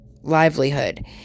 livelihood